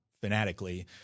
fanatically